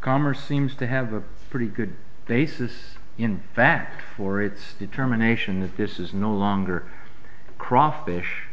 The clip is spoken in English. commerce seems to have a pretty good they says in fact for its determination that this is no longer crawfish